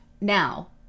now